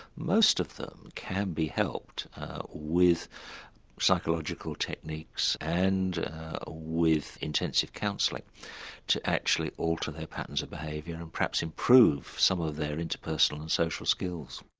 most of them can be helped with psychological techniques and with intensive counselling to actually alter their patterns of behaviour, and perhaps improve some of their interpersonal and social skills.